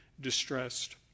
distressed